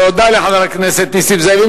תודה לחבר הכנסת נסים זאב.